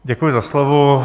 Děkuji za slovo.